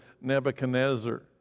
Nebuchadnezzar